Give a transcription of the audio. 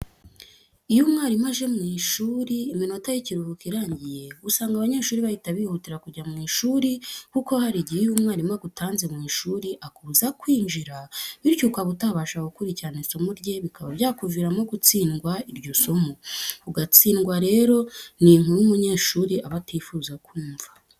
Iyo umwarimu aje mu ishuri iminota y'ikiruhuko irangiye usanga abanyeshuri bahita bihutira kujya mu ishuri kuko hari igihe iyo umwarimu agutanze mu ishuri akubuza kwinjira, bityo ukaba utabasha gukurikira isomo rye bikaba byakuviramo gutsindwa iryo somo. Ugutsindwa rero ni inkuru umunyeshuri aba atifuza kumva.